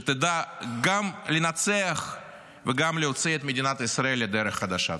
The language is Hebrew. שתדע גם לנצח וגם להוציא את מדינת ישראל לדרך חדשה.